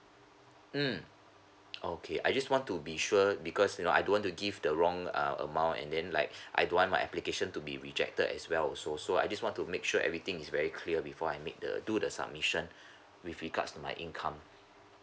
mm okay I just want to be sure because you know I don't want to give the wrong uh amount and then like I don't want my application to be rejected as well also so I just want to make sure everything is very clear before I make the do the submission with regards to my income